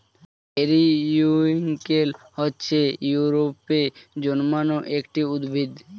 periwinkle হচ্ছে ইউরোপে জন্মানো একটি উদ্ভিদ